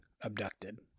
abducted